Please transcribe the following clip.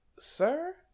Sir